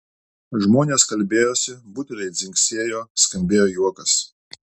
žmonės kalbėjosi buteliai dzingsėjo skambėjo juokas